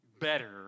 better